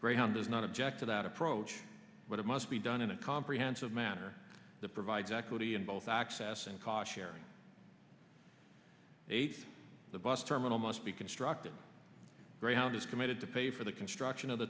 greyhound does not object to that approach but it must be done in a comprehensive manner that provides equity in both access and cautionary ate the bus terminal must be constructed greyhound is committed to pay for the construction of the